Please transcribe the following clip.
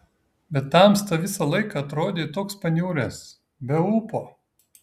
bet tamsta visą laiką atrodei toks paniuręs be ūpo